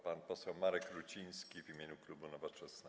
Pan poseł Marek Ruciński w imieniu klubu Nowoczesna.